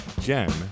Jen